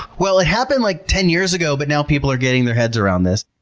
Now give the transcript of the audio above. well, it happened like ten years ago, but now people are getting their heads around this.